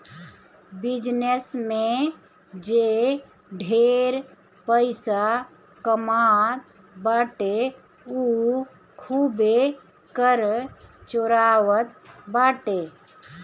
business में जे ढेर पइसा कमात बाटे उ खूबे कर चोरावत बाटे